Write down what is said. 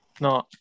no